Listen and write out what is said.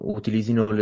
utilizzino